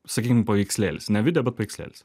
sakykim paveikslėlis ne video bet paveikslėlis